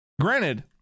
Granted